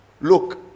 look